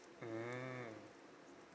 mm